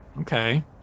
Okay